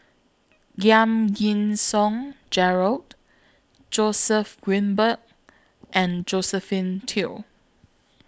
Giam Yean Song Gerald Joseph Grimberg and Josephine Teo